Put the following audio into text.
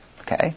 Okay